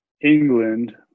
england